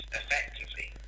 effectively